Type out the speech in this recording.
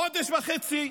חודש וחצי,